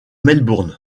melbourne